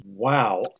Wow